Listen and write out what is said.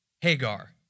Hagar